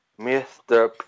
Mr